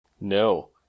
No